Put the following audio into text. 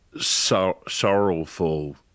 sorrowful